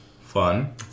Fun